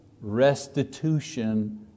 restitution